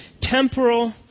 temporal